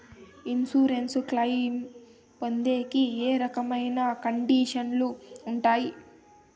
Insurance claim పొందేకి ఏ రకమైన కండిషన్లు ఉంటాయి?